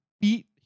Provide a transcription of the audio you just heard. beat